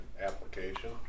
application